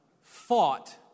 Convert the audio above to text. fought